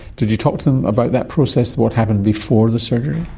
did you talk to them about that process, what happened before the surgery?